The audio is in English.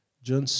John